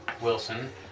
Wilson